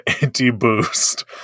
anti-boost